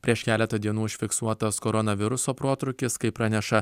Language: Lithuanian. prieš keletą dienų užfiksuotas koronaviruso protrūkis kaip praneša